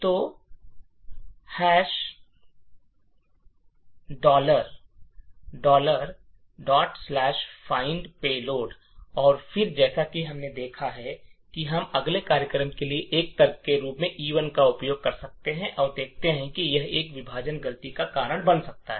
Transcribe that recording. तो find payload और फिर जैसा कि हमने देखा है कि हम अपने कार्यक्रम के लिए एक तर्क के रूप में E1 का उपयोग कर सकते है और देखते है कि यह एक विभाजन गलती का कारण बनता है